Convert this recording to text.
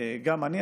גם אני.